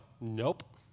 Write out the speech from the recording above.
nope